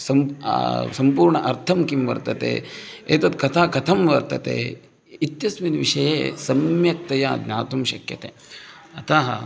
सं सम्पूर्णम् अर्थं किं वर्तते एतद् कथा कथं वर्तते इत्यस्मिन् विषये सम्यक्तया ज्ञातुं शक्यते अतः